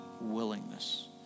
willingness